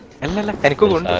and little vertical a